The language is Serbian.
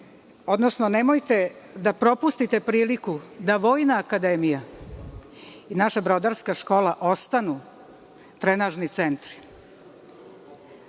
odnosno nemojte da propustite priliku da Vojna akademija i naša Brodarska škola ostanu trenažni centri.